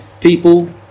people